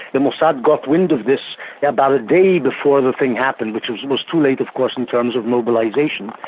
the mossad got wind of this about a day before the thing happened, which was was too late of course in terms of mobilisation,